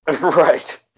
Right